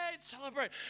celebrate